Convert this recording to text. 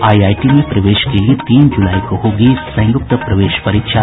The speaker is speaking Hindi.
आईआईटी में प्रवेश के लिये तीन जुलाई को होगी संयुक्त प्रवेश परीक्षा